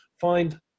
Find